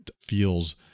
feels